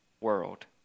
world